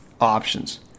options